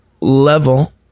level